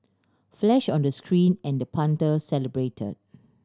flash on the screen and the punter celebrate